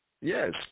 Yes